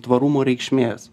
tvarumo reikšmės